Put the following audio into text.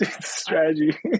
Strategy